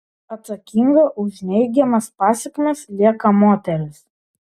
atsakinga už neigiamas pasekmes lieka moteris